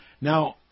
Now